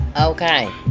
okay